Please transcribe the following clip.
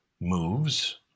moves